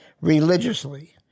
religiously